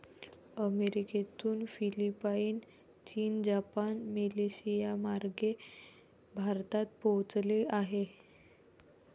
अमेरिकेतून फिलिपाईन, चीन, जपान, मलेशियामार्गे भारतात पोहोचले आहे